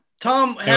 Tom